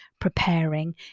preparing